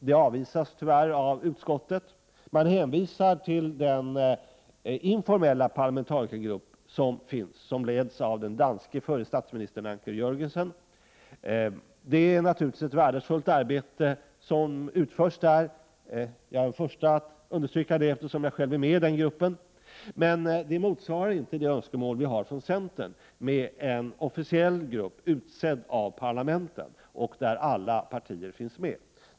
Det avvisas tyvärr av utskottet, som hänvisar till den informella parlamentarikergrupp som leds av den förre danske statsministern Anker Jörgensen. Det är naturligtvis ett värdefullt arbete som utförs i denna grupp — jag är den förste att understryka det, eftersom jag själv är med i gruppen - men den motsvarar inte centerns önskemål om en officiell grupp utsedd av parlamenten och med representation för alla partier.